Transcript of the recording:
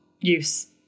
use